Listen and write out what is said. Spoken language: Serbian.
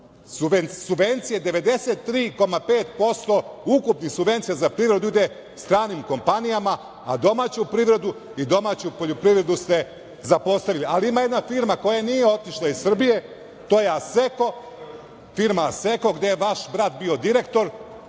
93,5% ukupnih subvencija za privredu ide stranim kompanijama, a domaću privredu i domaću poljoprivredu ste zapostavili. Ali ima jedna firma koja nije otišla iz Srbije, to je ASEKO, firma ASEKO gde je vaš brat bio direktor,